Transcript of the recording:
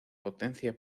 potencia